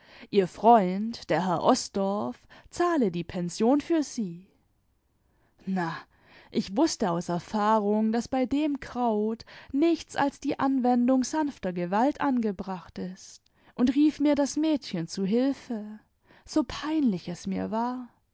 ihr freund der herr osdorff zahle die pension für sie na ich wußte aus erfahrung daß bei dem kraut nichts als die anwendung sanfter gewalt angebracht ist und rief mir das mädchen zu hilfe so peinlich es mir war